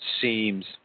seems